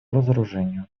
разоружению